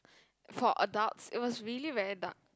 for adults it was really very dark